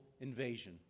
invasion